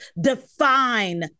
define